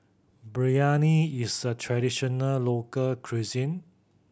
biryani is a traditional local cuisine